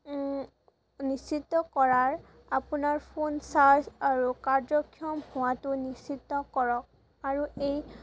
নিশ্চিত কৰাৰ আপোনাৰ ফোন ছাৰ্জ আৰু কাৰ্যক্ষম হোৱাটো নিশ্চিত কৰক আৰু এই